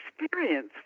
experience